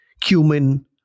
cumin